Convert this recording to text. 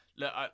look